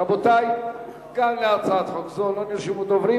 רבותי, גם להצעת חוק זו לא נרשמו דוברים.